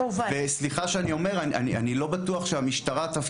וסליחה שאני אומר - אני לא בטוח שתפקידה